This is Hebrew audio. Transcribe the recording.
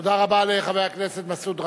תודה רבה לחבר הכנסת מסעוד גנאים,